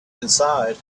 inside